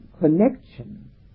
connection